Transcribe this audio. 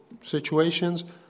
situations